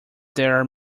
there